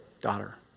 daughter